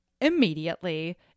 immediately